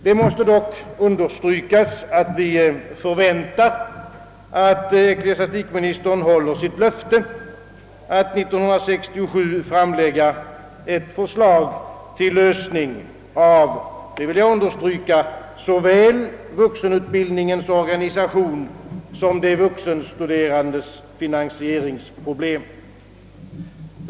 Det måste dock understrykas, att vi förväntar att ecklesiastikministern håller sitt löfte att år 1967 framlägga ett förslag till lösning av såväl vuxenutbildningens organisation som de vuxenstuderandes finansieringsproblem.